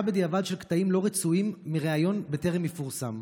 בדיעבד של קטעים לא רצויים מריאיון בטרם יפורסם,